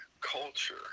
culture